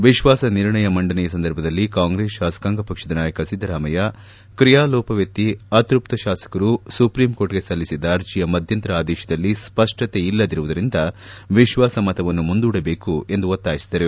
ವಿಶ್ವಾಸ ನಿರ್ಣಯ ಮಂಡನೆಯ ಸಂದರ್ಭದಲ್ಲಿ ಕಾಂಗ್ರೆಸ್ ಶಾಸಕಾಂಗ ಪಕ್ಷದ ನಾಯಕ ಸಿದ್ದರಾಮಯ್ಲ ಕ್ರಿಯಾಲೋಪವೆತ್ತಿ ಅತ್ಯಪ್ತ ಶಾಸಕರು ಸುಪ್ರೀಂಕೋರ್ಟ್ಗೆ ಸಲ್ಲಿಸಿದ್ದ ಅರ್ಜಿಯ ಮಧ್ಯಂತರ ಆದೇಶದಲ್ಲಿ ಸ್ಪಷ್ಟತೆ ಇಲ್ಲದಿರುವುದರಿಂದ ವಿಶ್ವಾಸಮತವನ್ನು ಮುಂದೂಡಬೇಕು ಎಂದು ಒತ್ತಾಯಿಸಿದರು